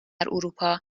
اروپا